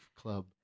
club